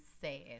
sad